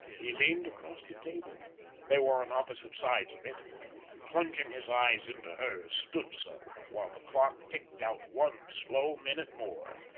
he leaned across the table they were on opposite sides of it and plunging his eyes into hers stood so, while the clock ticked out one slow minute more,